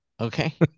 Okay